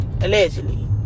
allegedly